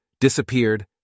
disappeared